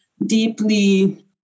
Deeply